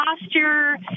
posture